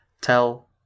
tell